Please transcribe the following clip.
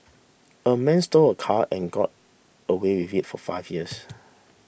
a man stole a car and got away with it for five years